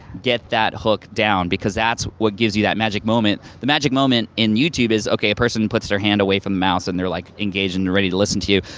get that hook down, because that's what gives you that magic moment. the magic moment in youtube is okay, a person puts their hand away from the mouse and they're like, engaged and ready to listen to you.